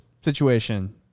situation